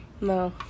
No